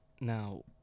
Now